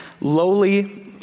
lowly